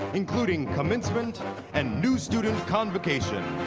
including commencement and new student convocation.